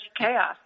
chaos